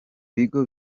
bigo